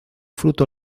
fruto